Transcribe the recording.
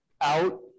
out